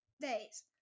days